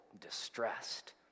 distressed